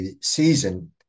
season